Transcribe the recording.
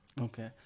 Okay